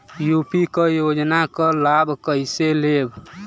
UP क योजना क लाभ कइसे लेब?